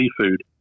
seafood